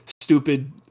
stupid